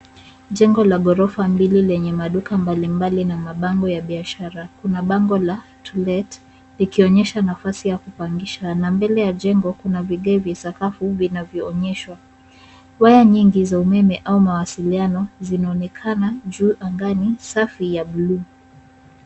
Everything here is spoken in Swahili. Jengo la ghorofa mbili lenye maduka na mabango ya biashara. Kuna bango la to let , likionyesha nafasi ya kupangisha na mbele ya jengo, kuna vigae vya sakafu, vinavyoonyeshwa. Waya nyingi za umeme, au mawasiliano, zinaonekana, juu anga ni safi ya blue .